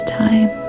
time